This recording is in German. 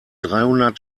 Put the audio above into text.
dreihundert